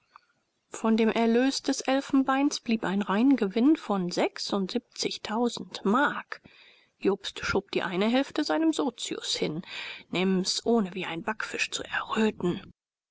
von dem erlös des elfenbeins blieb ein reingewinn von mark jobst schob die eine hälfte seinem sozius hin nimm's ohne wie ein backfisch zu erröten